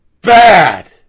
bad